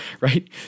right